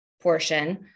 portion